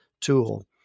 tool